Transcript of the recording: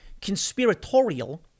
conspiratorial